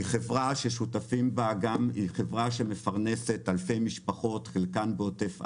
זאת חברה שמפרנסת אלפי משפחות, חלקן בעוטף עזה,